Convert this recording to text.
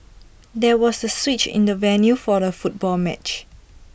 there was A switch in the venue for the football match